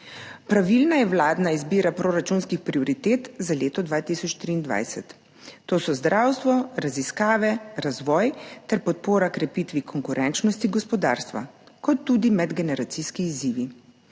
Pravilna je vladna izbira proračunskih prioritet za leto 2023. To so zdravstvo, raziskave, razvoj ter podpora krepitvi konkurenčnosti gospodarstva ter tudi medgeneracijski izzivi.